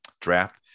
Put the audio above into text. draft